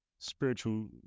spiritual